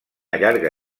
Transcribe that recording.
llarga